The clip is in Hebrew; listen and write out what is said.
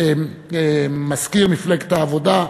מזכיר מפלגת העבודה,